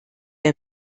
der